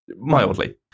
mildly